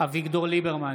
אביגדור ליברמן,